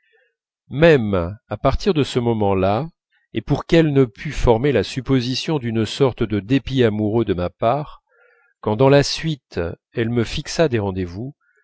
même à partir de ce moment-là et pour qu'elle ne pût former la supposition d'une sorte de dépit amoureux de ma part quand dans la suite elle me fixa des rendez-vous